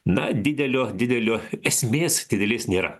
na didelio didelio esmės didelės nėra